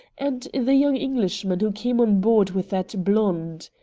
and the young englishman who came on board with that blonde.